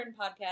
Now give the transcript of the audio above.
podcast